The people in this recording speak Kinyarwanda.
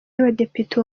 y’abadepite